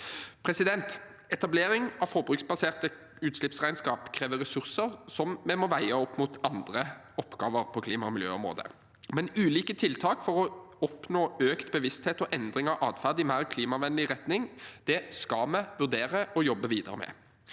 Etablering av et forbruksbasert utslippsregnskap krever ressurser, som vi må veie opp mot andre oppgaver på klima- og miljøområdet, men ulike tiltak for å oppnå økt bevissthet og endring av atferd i mer klimavennlig retning skal vi vurdere og jobbe videre med.